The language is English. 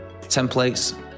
templates